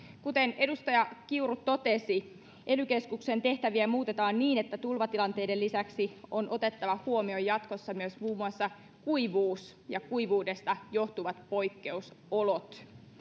kuten edustaja kiuru totesi ely keskuksen tehtäviä muutetaan niin että tulvatilanteiden lisäksi on otettava huomioon jatkossa myös muun muassa kuivuus ja kuivuudesta johtuvat poikkeusolot